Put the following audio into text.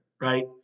Right